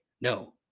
No